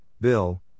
Bill